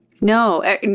No